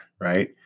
right